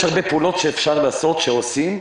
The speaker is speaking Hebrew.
יש הרבה פעולות שאפשר לעשות, ועושים,